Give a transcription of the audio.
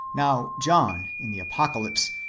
now john, in the apocalypse,